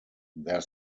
their